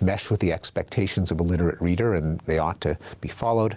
mesh with the expectations of the literate reader and they ought to be followed.